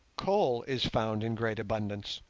coal is found in great abundance,